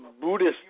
Buddhist